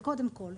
זה קודם כל,